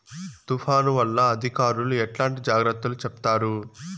తుఫాను వల్ల అధికారులు ఎట్లాంటి జాగ్రత్తలు చెప్తారు?